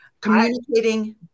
communicating